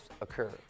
occur